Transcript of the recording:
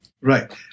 Right